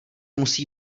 musí